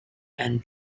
and